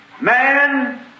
man